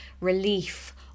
relief